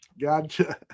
gotcha